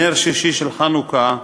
נר שישי של חנוכה,